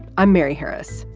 i'm mary harris.